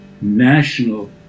national